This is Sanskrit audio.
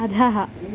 अधः